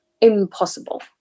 impossible